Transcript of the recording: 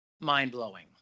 mind-blowing